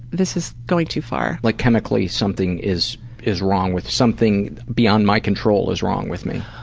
this is going too far. like chemically something is is wrong with something beyond my control is wrong with me.